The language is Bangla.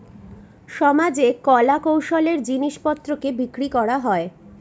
সমাজে কলা কৌশলের জিনিস পত্রকে বিক্রি করা হয়